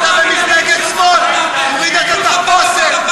אתה במפלגת שמאל, תוריד את התחפושת.